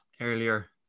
earlier